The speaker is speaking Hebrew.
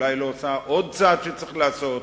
אולי היא לא עושה עוד צעד שצריך לעשות.